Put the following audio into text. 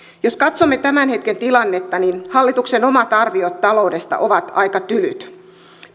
jos katsomme tämän hetken tilannetta niin hallituksen omat arviot taloudesta ovat aika tylyt